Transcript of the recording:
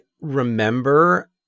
remember